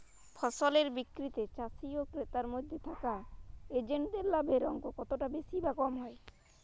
ফসলের বিক্রিতে চাষী ও ক্রেতার মধ্যে থাকা এজেন্টদের লাভের অঙ্ক কতটা বেশি বা কম হয়?